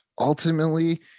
ultimately –